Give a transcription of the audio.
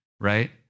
right